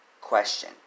question